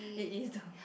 it is though